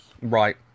Right